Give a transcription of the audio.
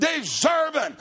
deserving